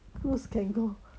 cruise can go